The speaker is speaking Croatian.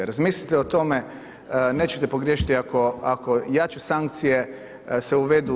Razmislite o tome, nećete pogriješiti ako jače sankcije se uvedu.